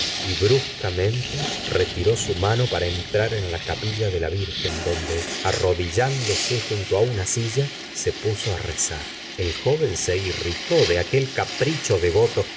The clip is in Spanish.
y bruscamente retiró su mano para entrar en la capilla de la virgen donde arrodillándose junto á una silla se puso á rezar el joven se irritó de aquel capricho devoto